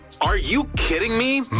are-you-kidding-me